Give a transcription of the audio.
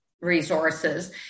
resources